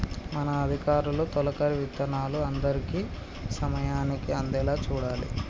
మన అధికారులు తొలకరి విత్తనాలు అందరికీ సమయానికి అందేలా చూడాలి